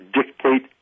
dictate